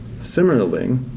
similarly